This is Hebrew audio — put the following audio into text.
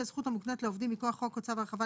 הזכות המוקנית לעובדים מכוח חוק או צו הרחבה,